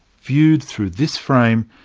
viewed through this frame,